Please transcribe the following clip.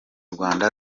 rwanda